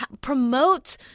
promote